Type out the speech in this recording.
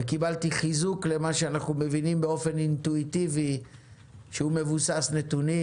וקיבלתי חיזוק למה שאנחנו מבינים באופן אינטואיטיבי שהוא מבוסס נתונים,